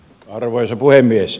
arvoisa puhemies